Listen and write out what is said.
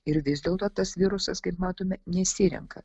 ir vis dėlto tas virusas kaip matome nesirenka